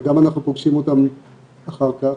וגם אנחנו פוגשים אותנו אחר כך,